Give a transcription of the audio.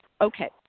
okay